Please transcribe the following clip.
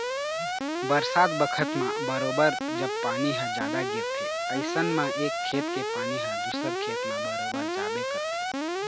बरसात बखत म बरोबर जब पानी ह जादा गिरथे अइसन म एक खेत के पानी ह दूसर खेत म बरोबर जाबे करथे